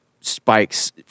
spikes